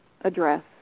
address